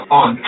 on